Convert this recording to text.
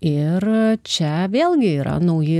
iir čia vėlgi yra nauji